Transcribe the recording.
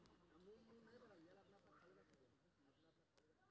हम अपन बिजली के बिल केना भरब?